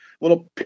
little